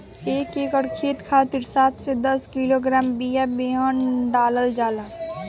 एक एकर खेत के खातिर सात से दस किलोग्राम बिया बेहन डालल जाला?